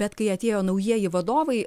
bet kai atėjo naujieji vadovai